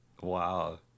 Wow